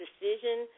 decision